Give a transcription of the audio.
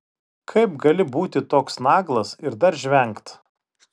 kaip gali būti toks naglas ir dar žvengt